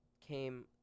came